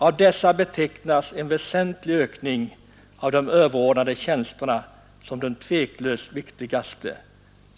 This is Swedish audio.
Av dessa betecknas en väsentlig ökning av de överordnade tjänsterna som den tveklöst viktigaste.